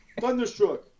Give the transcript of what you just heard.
Thunderstruck